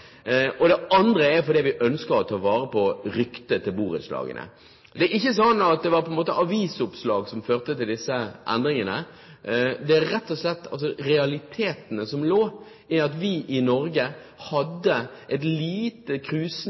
borettslag. Det andre er at vi ønsker å ta vare på ryktet til borettslagene. Det er ikke slik at det var avisoppslag som førte til disse endringene. Det er rett og slett realitetene som lå i at vi i Norge hadde